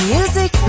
Music